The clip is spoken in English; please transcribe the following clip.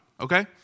Okay